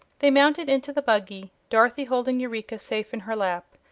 they mounted into the buggy, dorothy holding eureka safe in her lap.